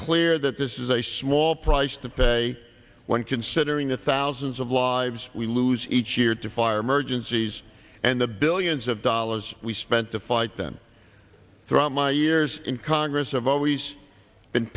clear that this is a small price to pay when considering the thousands of lives we lose each year to fire emergencies and the billions of dollars we spent to fight them throughout my years in congress have always been